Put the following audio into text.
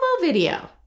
video